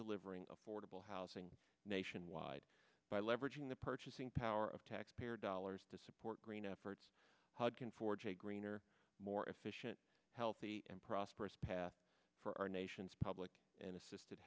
delivering affordable housing nationwide by leveraging the purchasing power of taxpayer dollars to support green efforts hud can forge a greener more efficient healthy and prosperous path for our nation's public and assisted